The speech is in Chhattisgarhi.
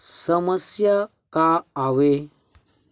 समस्या का आवे?